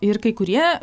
ir kai kurie